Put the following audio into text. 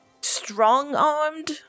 strong-armed